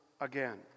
again